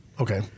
Okay